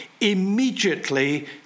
immediately